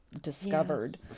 discovered